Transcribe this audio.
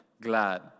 glad